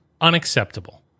unacceptable